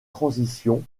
transition